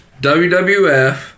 WWF